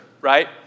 right